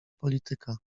polityka